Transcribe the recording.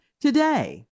today